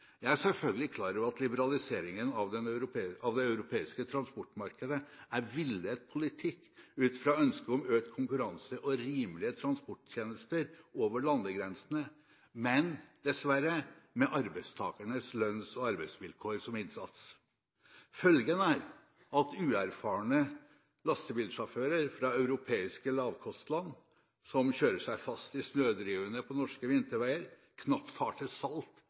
Jeg er selvfølgelig klar over at liberaliseringen av det europeiske transportmarkedet er villet politikk ut fra ønsket om økt konkurranse og rimelige transporttjenester over landegrensene, men – dessverre – med arbeidstakernes lønns- og arbeidsvilkår som innsats. Følgen er at uerfarne lastebilsjåfører fra europeiske lavkostland, som kjører seg fast i snødrivene på norske vinterveier, knapt har til salt